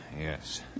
Yes